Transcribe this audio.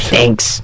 Thanks